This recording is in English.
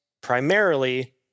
primarily